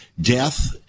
death